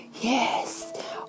yes